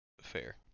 fair